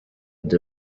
the